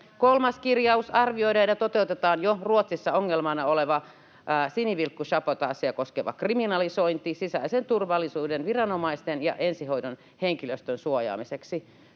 Kolmas kirjaus: ”Arvioidaan ja toteutetaan jo Ruotsissa ongelmana olevaa sinivilkkusabotaasia koskeva kriminalisointi sisäisen turvallisuuden viranomaisten ja ensihoidon henkilöstön suojaamiseksi.”